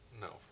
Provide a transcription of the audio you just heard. No